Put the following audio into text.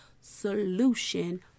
solution